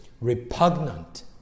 repugnant